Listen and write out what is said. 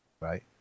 Right